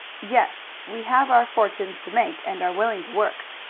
yes we have our fortunes to make, and are willing to work.